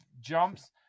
jumps